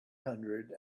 hundred